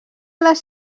les